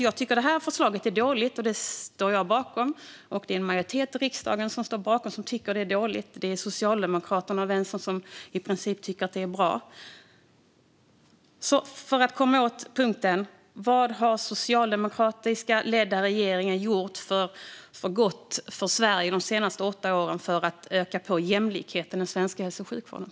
Jag tycker att förslaget är dåligt, och det står jag för. En majoritet i riksdagen tycker att det är dåligt. I princip är det Socialdemokraterna och Vänstern som tycker att det är bra. Men för att komma åt den punkten: Vad har socialdemokratiskt ledda regeringar gjort för gott de senaste åtta åren för att öka jämlikheten i den svenska hälso och sjukvården?